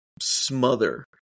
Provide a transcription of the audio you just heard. smother